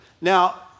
Now